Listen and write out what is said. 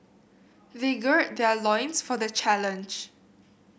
they gird their loins for the challenge